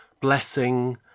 blessing